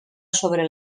sobre